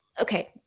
okay